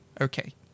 okay